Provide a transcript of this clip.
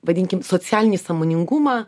vadinkim socialinį sąmoningumą